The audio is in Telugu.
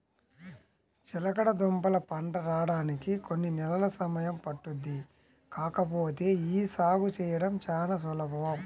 చిలకడదుంపల పంట రాడానికి కొన్ని నెలలు సమయం పట్టుద్ది కాకపోతే యీ సాగు చేయడం చానా సులభం